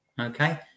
Okay